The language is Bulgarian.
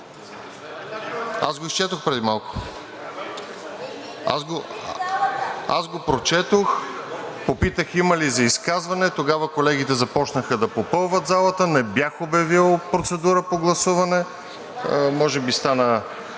Изчетох го преди малко. Прочетох го, попитах има ли за изказване? Тогава колегите започнаха да попълват залата. Не бях обявил процедура по гласуване. Може би стана